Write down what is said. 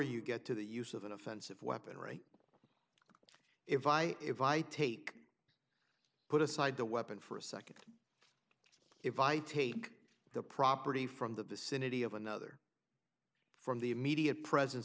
you get to the use of an offensive weapon or a if i if i take put aside the weapon for a nd if i take the property from the vicinity of another from the immediate presence